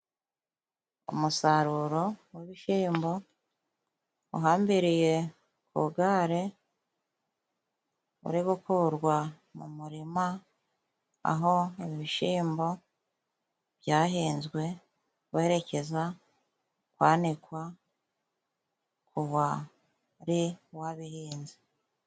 Umusaruro w'ibishimbo uhambiriye ku gare, uri gukurwa mu murima aho ibi bishimbo byahinzwe, werekeza kwanikwa k'uwari wabihinze.